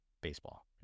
baseball